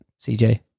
CJ